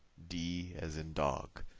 d as in dog.